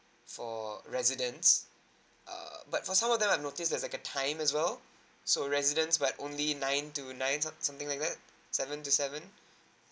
for residence err but for some of them I've notice there's like a time as well so residence but only nine two nine or something like that seven to seven